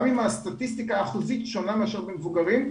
גם אם הסטטיסטיקה האחוזית שונה מאשר במבוגרים,